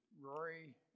Rory